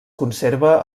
conserva